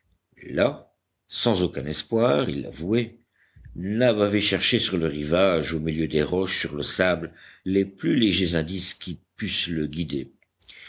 là sans aucun espoir il l'avouait nab avait cherché sur le rivage au milieu des roches sur le sable les plus légers indices qui pussent le guider